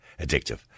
addictive